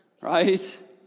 right